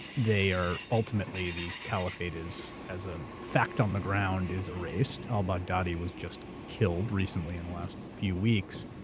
they are ultimately the caliphate is as a fact on the ground is erased. al-baghdadi was just killed recently in the last few weeks.